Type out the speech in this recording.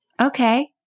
okay